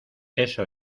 eso